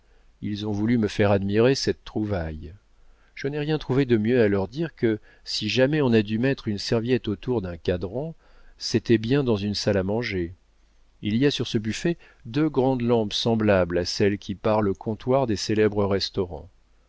ils ont voulu me faire admirer cette trouvaille je n'ai rien trouvé de mieux à leur dire que si jamais on a dû mettre une serviette autour d'un cadran c'était bien dans une salle à manger il y a sur ce buffet deux grandes lampes semblables à celles qui parent le comptoir des célèbres restaurants